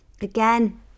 again